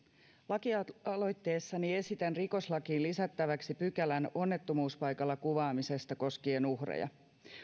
lakialoitteessani esitän rikoslakiin lisättäväksi pykälän onnettomuuspaikalla kuvaamisesta koskien uhreja